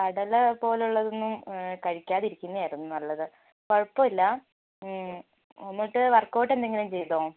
കടല പോലുള്ളത് ഒന്നും കഴിക്കാതിരിക്കുന്നത് ആയിരുന്നു നല്ലത് കുഴപ്പം ഇല്ല എന്നിട്ട് വർക്ക്ഔട്ട് എന്തെങ്കിലും ചെയ്തോ